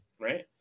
right